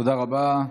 תודה רבה.